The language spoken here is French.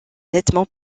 nettement